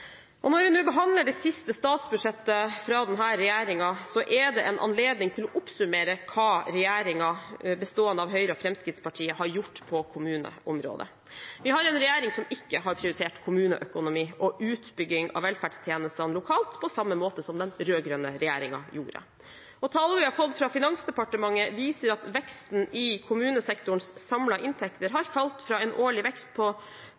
skattekuttpolitikk. Når vi nå behandler det siste statsbudsjettet fra denne regjeringen, er det en anledning til å oppsummere hva regjeringen, bestående av Høyre og Fremskrittspartiet, har gjort på kommuneområdet. Vi har en regjering som ikke har prioritert kommuneøkonomi og utbygging av velferdstjenestene lokalt på samme måte som den rød-grønne regjeringen gjorde. Tallene vi har fått fra Finansdepartementet, viser at veksten i kommunesektorens samlede inntekter har falt, fra en årlig vekst på